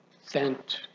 sent